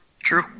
True